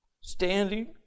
Standing